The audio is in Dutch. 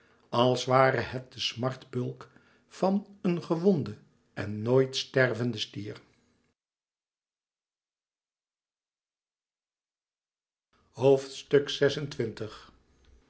als ware het de smartbulk van een gewonden en nooit stervenden stier